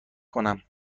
کنم